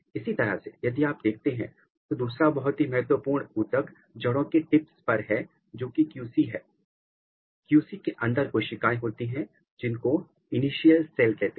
इसी तरह से यदि आप देखते हैं तो दूसरा बहुत ही महत्वपूर्ण उत्तक जड़ों के टिप् पर है जोकि क्यू सी है क्यू सी के अंदर कोशिकाएं होती हैं जिनको इनिशियल सेल कहते हैं